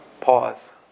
Pause